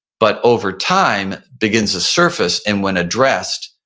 but over time begins to surface and when addressed